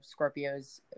scorpios